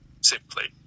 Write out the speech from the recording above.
simply